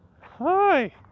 hi